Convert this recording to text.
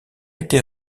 été